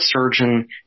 surgeon